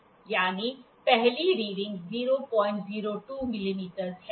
यानी पहली रीडिंग 002 मिमी है